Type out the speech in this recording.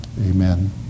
Amen